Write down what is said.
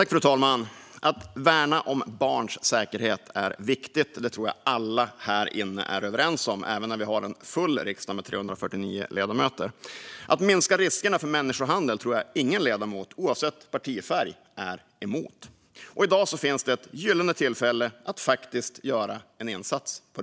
Fru talman! Att värna om barns säkerhet är viktigt. Det tror jag att alla här inne är överens om, även vid en full riksdag med 349 ledamöter. Att minska riskerna för människohandel tror jag att ingen ledamot, oavsett partifärg, är emot. I dag finns ett gyllene tillfälle att på riktigt göra en insats.